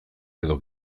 edo